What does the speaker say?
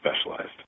specialized